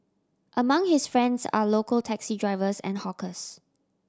among his friends are local taxi drivers and hawkers